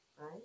right